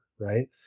right